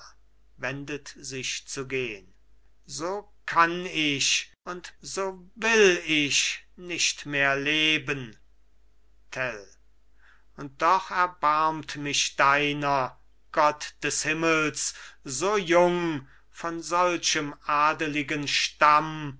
so kann ich und so will ich nicht mehr leben tell und doch erbarmt mich deiner gott des himmels so jung von solchem adelichen stamm